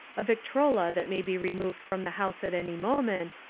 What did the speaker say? a victrola that may be removed from the house at any moment,